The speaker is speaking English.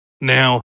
Now